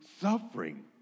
suffering